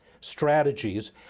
strategies